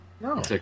No